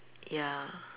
ya